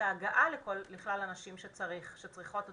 ההגעה לכלל הנשים שצריך להגיע אליהן ושצריכות אותנו.